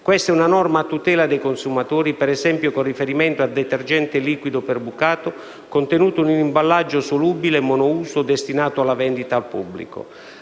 Questa è una norma a tutela dei consumatori, per esempio con riferimento al detergente liquido per bucato contenuto in un imballaggio solubile monouso e destinato alla vendita al pubblico.